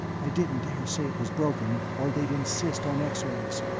i didn't dare say it was broken or they'd insist on x-rays.